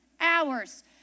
hours